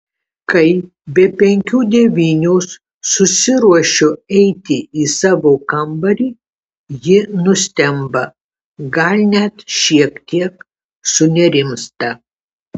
kai be penkių devynios susiruošiu eiti į savo kambarį ji nustemba gal net šiek tiek sunerimsta